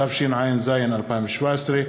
התשע"ז 2017,